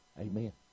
Amen